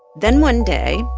then one day,